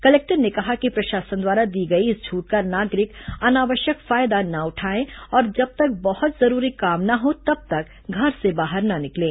collector ने कहा कि प्रशासन द्वारा दी गई इस छूट का नागरिक अनावश्यक फायदा न उठाएं और जब तक बहुत जरूरी काम न हों तब तक घर से बाहर न निकलें